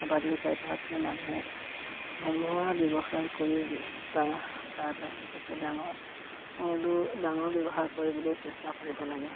হাবাথুৰি খাই থকাতকৈ মানুহে সৰু সুৰা ব্যৱসায় কৰি তাৰ তাৰ পাছে পাছে ডাঙৰ ডাঙৰ ব্যৱসায় কৰিবলৈও চেষ্টা কৰিব লাগে